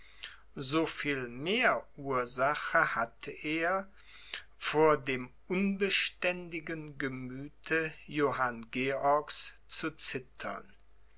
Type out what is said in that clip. so viel mehr ursache hatte er vor dem unbeständigen gemüthe johann georgs zu zittern